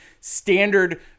standard